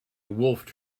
wolfed